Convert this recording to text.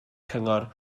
cyngor